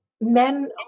men